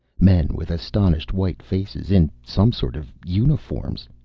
men, with astonished white faces, in some sort of uniforms.